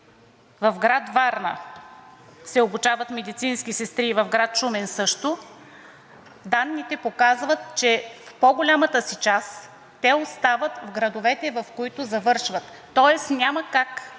в град Варна се обучават медицински сестри и в град Шумен също, данните показват, че в по-голямата си част те остават в градовете, в които завършват, тоест няма как